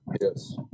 Yes